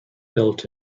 built